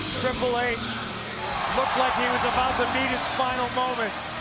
triple h looked like he was about to meet his final moments,